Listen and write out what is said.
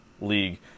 league